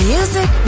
Music